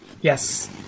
Yes